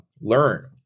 Learn